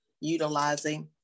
utilizing